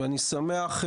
ואני שמח,